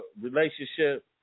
relationship